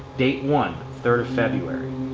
date one third of february.